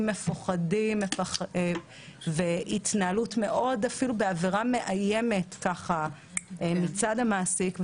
מפוחדים והתנהלות באווירה מאיימת מצד המעסיק.